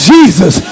Jesus